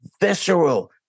visceral